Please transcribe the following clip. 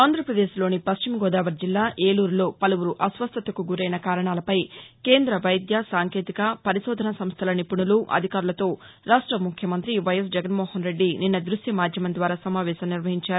ఆంధ్రప్రదేశ్లోని పశ్చిమ గోదావరి జిల్లా ఏలూరులో పలువురు అస్వస్థతకు గురైన కారణాలపై కేంద్ర వైద్య సాంకేతిక పరిశోధన సంస్థల నిపుణులు అధికారులతో రాష్ట ముఖ్యమంత్రి వైఎస్ జగన్మోహన్రెడ్డి నిన్న ద్బశ్య మాధ్యమం ద్వారా సమావేశం నిర్వహించారు